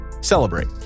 celebrate